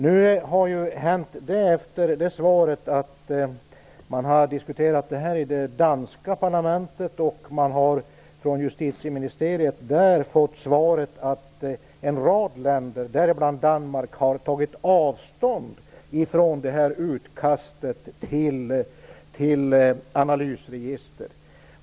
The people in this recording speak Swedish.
Sedan det svaret har man diskuterat detta i det danska parlamentet. Från justitieministeriet där har man fått svaret att en rad länder, däribland Danmark, har tagit avstånd från det här utkastet till analysregister.